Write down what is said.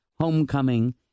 Homecoming